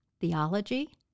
theology